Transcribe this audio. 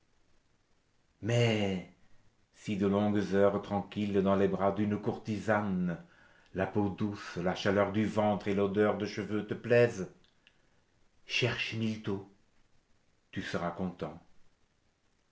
mais si les longues heures tranquilles dans les bras d'une courtisane la peau douce la chaleur du ventre et l'odeur des cheveux te plaisent cherche miltô tu seras content